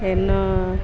ಇನ್ನೂ